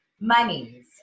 monies